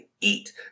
eat